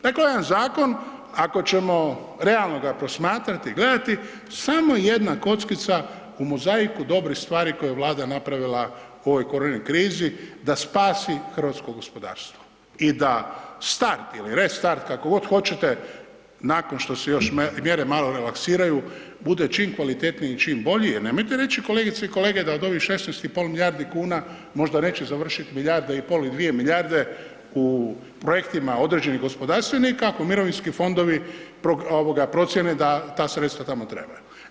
Dakle, jedan zakon ako ćemo realnog ga promatrati i gledati, samo jedna kockica u mozaiku dobrih stvari koje je Vlada napravila u ovoj korona krizi da spasi hrvatsko gospodarstvo i da start ili restart kako god hoćete, nakon što se mjere malo relaksiraju budu čim kvalitetniji i čim bolje jer nemojte reći kolegice i kolege da od ovih 16,5 milijardi kuna može neće završiti milijarda i pol ili dvije milijarde u projektima određenih gospodarstvenika ako mirovinski fondovi procjene da ta sredstva tamo trebaju.